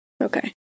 Okay